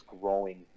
growing